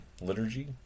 liturgy